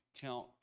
count